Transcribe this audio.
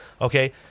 Okay